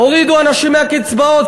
הורידו אנשים מהקצבאות,